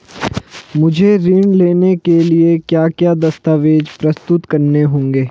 मुझे ऋण लेने के लिए क्या क्या दस्तावेज़ प्रस्तुत करने होंगे?